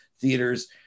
theaters